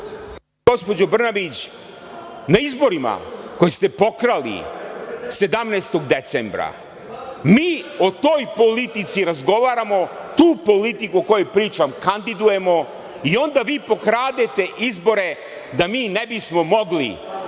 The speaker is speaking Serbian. Gospođo Brnabić, na izborima koje ste pokrali 17. decembra mi o toj politici razgovaramo, tu politiku o kojoj pričam kandidujemo i onda vi pokradete izbore da mi ne bismo mogli